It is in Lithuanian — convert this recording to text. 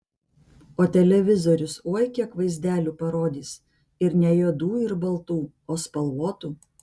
o televizorius oi kiek vaizdelių parodys ir ne juodų ir baltų o spalvotų